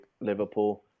Liverpool